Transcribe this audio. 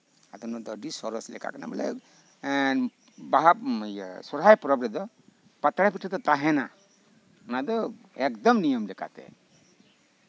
ᱟᱫᱚ ᱱᱚᱶᱟ ᱫᱚ ᱟᱹᱰᱤ ᱥᱚᱨᱚᱥ ᱞᱮᱠᱟ ᱠᱟᱱᱟ ᱵᱚᱞᱮ ᱮᱸᱜ ᱵᱟᱦᱟ ᱥᱚᱨᱦᱟᱭ ᱯᱚᱨᱚᱵᱽ ᱨᱮᱫᱚ ᱯᱟᱛᱲᱟ ᱯᱤᱴᱷᱟᱹ ᱫᱚ ᱛᱟᱦᱮᱸᱱᱟ ᱚᱱᱟᱫᱚ ᱮᱠᱫᱚᱢ ᱱᱤᱭᱚᱢ ᱞᱮᱠᱟᱛᱮ